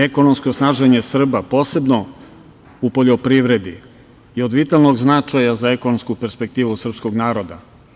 Ekonomsko snaženje Srba, posebno u poljoprivredi, je od vitalnog značaja za ekonomsku perspektivu srpskog naroda.